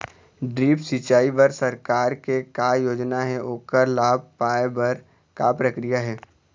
Drip सिचाई बर सरकार के का योजना हे ओकर लाभ पाय बर का प्रक्रिया हे?